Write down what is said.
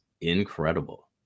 incredible